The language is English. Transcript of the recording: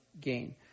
gain